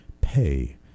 pay